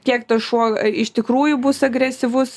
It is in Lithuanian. kiek tas šuo iš tikrųjų bus agresyvus